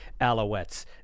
Alouettes